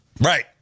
Right